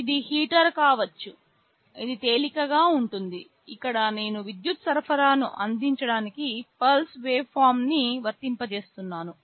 ఇది హీటర్ కావచ్చు ఇది తేలికగా ఉంటుంది ఇక్కడ నేను విద్యుత్ సరఫరాను అందించడానికి పల్స్ వేవ్ఫార్మ్ న్ని వర్తింపజేస్తున్నాను